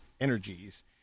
energies